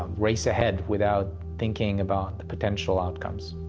race ahead without thinking about the potential outcomes.